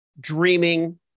dreaming